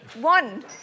One